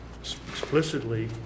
explicitly